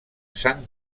sant